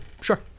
Sure